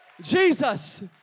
Jesus